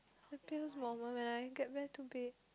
happiest moment when I get back to bed